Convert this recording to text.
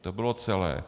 To bylo celé.